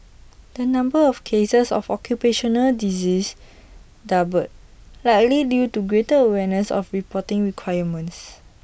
the number of cases of occupational disease doubled likely to due greater awareness of reporting requirements